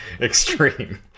extreme